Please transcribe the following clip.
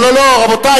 לא, לא, רבותי.